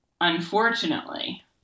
unfortunately